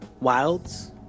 Wilds